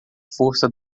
força